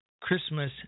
Christmas